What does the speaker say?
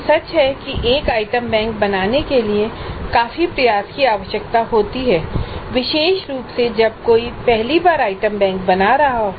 यह सच है कि एक आइटम बैंक बनाने के लिए काफी प्रयास की आवश्यकता होती है विशेष रूप से जब कोई पहली बार आइटम बैंक बना रहा हो